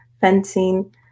fencing